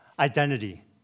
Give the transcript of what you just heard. identity